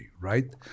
right